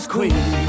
Queen